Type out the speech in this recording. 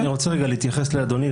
אני רוצה להתייחס לאדוני,